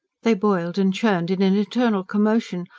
they boiled and churned, in an eternal commotion,